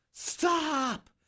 Stop